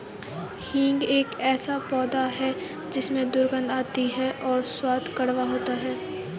हींग एक ऐसा पौधा है जिसमें दुर्गंध आती है और स्वाद कड़वा होता है